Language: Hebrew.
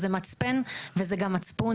זה מצפן וזה גם מצפון.